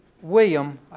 William